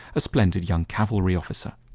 a splendid young cavalry officer.